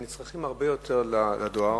הם צריכים הרבה יותר את הדואר,